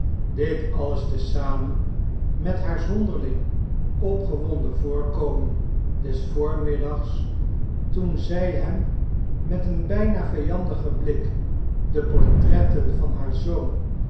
dit alles te zamen met haar zonderling opgewonden voorkomen des voormiddags toen zij hem met een bijna vijandigen blik de portretten van haar zoon